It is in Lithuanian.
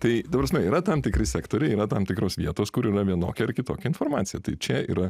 tai ta prasme yra tam tikri sektoriai yra tam tikros vietos kur yra vienokią ar kitokią informaciją tai čia yra